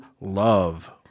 love